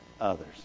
others